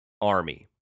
army